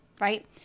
right